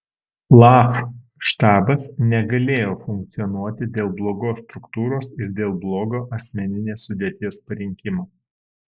laf štabas negalėjo funkcionuoti dėl blogos struktūros ir dėl blogo asmeninės sudėties parinkimo